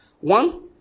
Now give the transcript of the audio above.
One